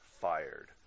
fired